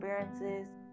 experiences